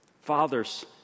Fathers